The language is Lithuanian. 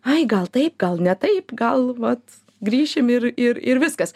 ai gal taip gal ne taip gal vat grįšim ir ir ir viskas